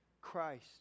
Christ